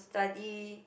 study